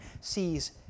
sees